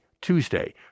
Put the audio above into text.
Tuesday